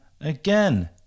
again